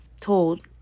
told